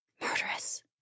Murderous